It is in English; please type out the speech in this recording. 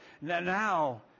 Now